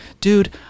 dude